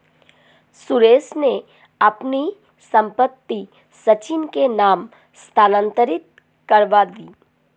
सुरेश ने अपनी संपत्ति सचिन के नाम स्थानांतरित करवा दी